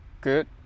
good